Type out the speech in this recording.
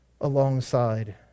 alongside